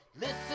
Listen